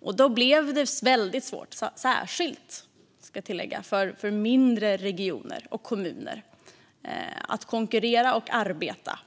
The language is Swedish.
I den här situationen blev det väldigt svårt, särskilt för mindre regioner och kommuner, att konkurrera och arbeta.